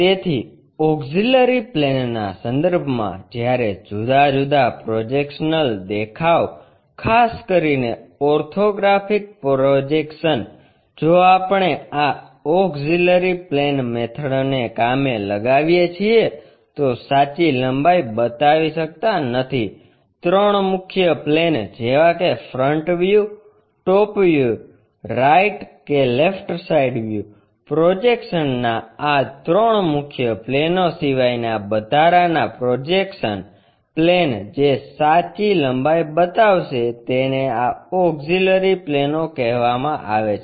તેથી auxiliary plane ના સંદર્ભમાં જ્યારે જુદા જુદા પ્રોજેક્શનલ દેખાવ ખાસ કરીને ઓર્થોગ્રાફિક પ્રોજેક્શનજો આપણે આ ઓક્ષીલરી પ્લેન મેથડ ને કામે લગાવીએ છીએ તો સાચી લંબાઈ બતાવી શકતા નથીત્રણ મુખ્ય પ્લેન જેવા કે front view top view right કે લેફ્ટ સાઇડ વ્યુ પ્રોજેક્શનના આં ત્રણ મુખ્ય પ્લેનો સિવાયના વધારાના પ્રોજેક્શન પ્લેન જે સાચી લંબાઈ બતાવશે તેને આ ઓક્ષીલરી પ્લેનો કહેવામાં આવે છે